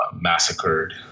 massacred